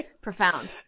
Profound